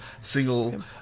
single